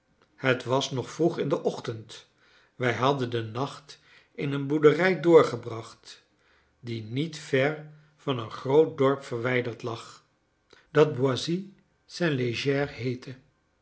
het was nog vroeg in den ochtend wij hadden den nacht in een boerderij doorgebracht die niet ver van een groot dorp verwijderd lag dat boissy saint léger heette